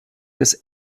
des